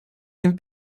can